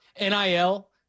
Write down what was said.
NIL